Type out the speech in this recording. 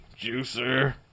Juicer